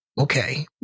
okay